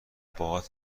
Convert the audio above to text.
باهات